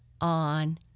on